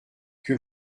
qui